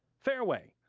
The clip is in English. fareway,